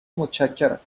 متشکرم